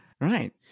Right